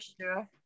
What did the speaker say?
sure